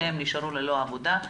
שניהם נשארו ללא עבודה,